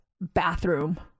bathroom